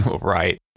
right